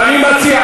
ואני מציע,